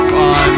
on